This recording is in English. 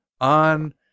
on